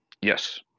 Yes